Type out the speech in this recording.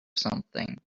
something